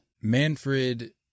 Manfred